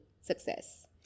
success